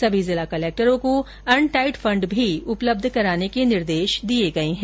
समी जिला कलेक्टरों को अनटाइड फण्ड भी उपलब्ध कराने के निर्देश दिए गए है